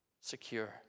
secure